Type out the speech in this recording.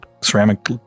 ceramic